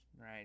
right